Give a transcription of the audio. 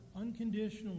unconditionally